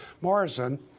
Morrison